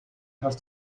hast